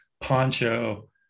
Poncho